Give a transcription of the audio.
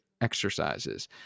exercises